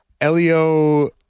Elio